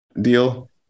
Deal